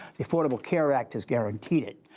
the affordable care act has guaranteed it,